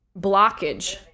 blockage